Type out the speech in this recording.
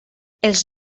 els